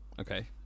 Okay